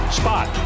spot